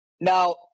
Now